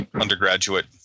undergraduate